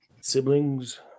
siblings